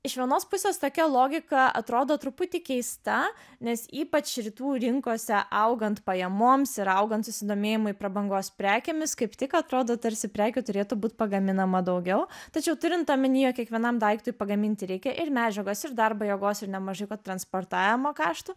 iš vienos pusės tokia logika atrodo truputį keista nes ypač rytų rinkose augant pajamoms ir augant susidomėjimui prabangos prekėmis kaip tik atrodo tarsi prekių turėtų būt pagaminama daugiau tačiau turint omeny jog kiekvienam daiktui pagaminti reikia ir medžiagos ir darbo jėgos ir nemažai va transportavimo kaštų